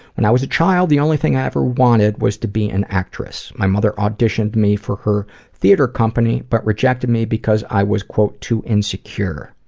when i was a child, the only thing i ever wanted was to be an actress. my mother auditioned me for her theatre company, but rejected me because i was too insecure.